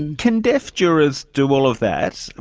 and can deaf jurors do all of that?